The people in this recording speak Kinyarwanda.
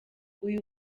uyu